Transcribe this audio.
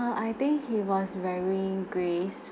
~(err) I think he was wearing grey